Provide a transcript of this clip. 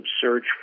search